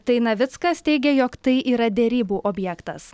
tai navickas teigė jog tai yra derybų objektas